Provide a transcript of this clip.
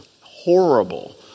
Horrible